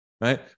right